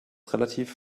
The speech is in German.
relativ